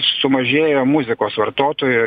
sumažėjo muzikos vartotojų